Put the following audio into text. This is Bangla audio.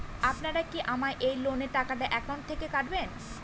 আপনারা কি আমার এই লোনের টাকাটা একাউন্ট থেকে কাটবেন?